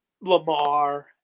Lamar